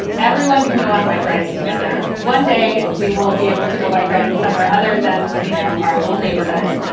everyone can go on bike rides together. one day we will be able to go bike riding somewhere other than, you know, our little neighborhood.